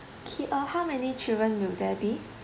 okay uh how many children will there be